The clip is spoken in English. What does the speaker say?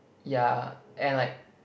ya and like